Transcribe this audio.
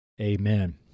amen